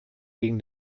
gegen